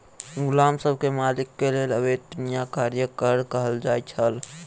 गुलाम सब के मालिक के लेल अवेत्निया कार्यक कर कहल जाइ छल